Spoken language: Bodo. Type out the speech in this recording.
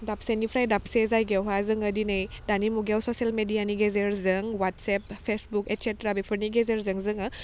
दाबसेनिफ्राय दाबसे जायगायावहा जोङो दिनै दानि मुगायाव ससियेल मेडियानि गेजेरजों वाट्सेप फेसबुक एटसेट्रा बेफोरनि गेजेरजों जोङो